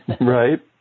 Right